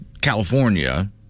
California